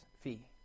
fee